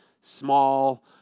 small